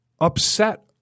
upset